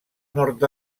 nord